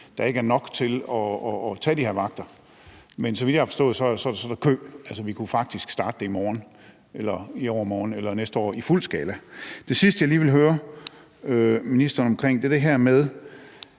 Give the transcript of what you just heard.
der ikke er nok til at tage de her vagter, men så vidt jeg har forstået, kunne vi faktisk starte det i morgen eller i overmorgen eller næste år i fuld skala. Det sidste, jeg lige vil høre ministeren om, er det her med